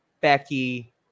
Becky